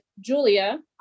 Julia